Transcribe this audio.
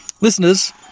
Listeners